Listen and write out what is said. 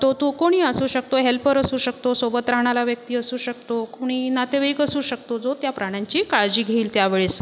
तो तो कोणीही असू शकतो हेल्पर असू शकतो सोबत राहणारा व्यक्ती असू शकतो कुणी नातेवाईक असू शकतो जो त्या प्राण्यांची काळजी घेईल त्यावेळेस